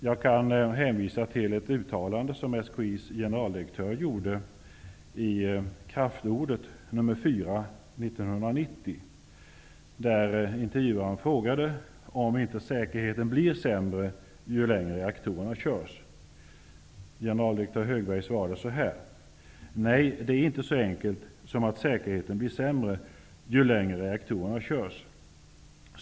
Jag kan hänvisa till ett uttalande som SKI:s generaldirektör gjorde i Kraftordet nr 4 år 1990. Intervjuaren frågade om inte säkerheten blir sämre ju längre reaktorerna körs. Generaldirektör Högberg svarade då: Nej, det är inte så enkelt som att säkerheten blir sämre ju längre reaktorerna körs.